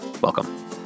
Welcome